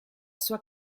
sua